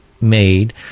made